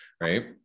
Right